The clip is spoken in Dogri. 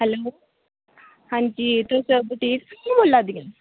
हैलो हां जी तुस बुटीक चा बोल्लै दियां